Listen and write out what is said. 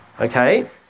okay